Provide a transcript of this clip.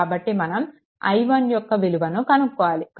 కాబట్టి మనం i1 యొక్క విలువ కనుక్కోవాలి